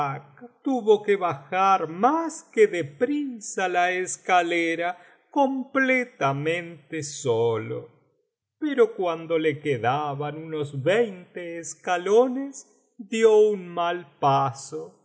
tuvo que bajar más que de prisa la escalera completamente solo pero cuando le quedaban unos veinte escalones dio un mal paso